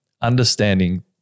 understanding